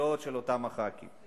והשאלות של אותם חברי כנסת.